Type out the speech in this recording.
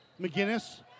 McGinnis